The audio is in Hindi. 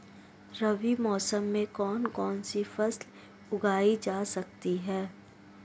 रबी मौसम में कौन कौनसी फसल उगाई जा सकती है?